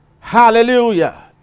Hallelujah